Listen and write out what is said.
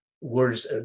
words